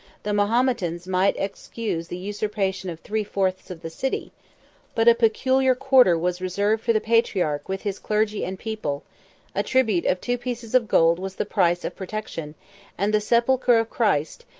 the mahometans might excuse the usurpation of three fourths of the city but a peculiar quarter was resolved for the patriarch with his clergy and people a tribute of two pieces of gold was the price of protection and the sepulchre of christ,